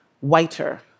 whiter